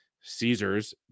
Caesars